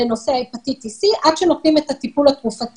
קעקועים, טיפולי